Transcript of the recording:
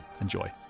Enjoy